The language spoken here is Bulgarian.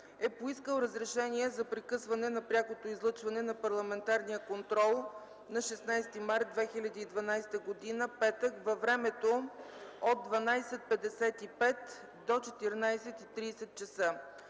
е поискал разрешение за прекъсване на прякото излъчване на парламентарния контрол на 16 март 2012 г., петък, във времето от 12,55 до 14,30 ч.